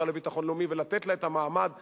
לביטחון לאומי ולתת לה את המעמד הראוי.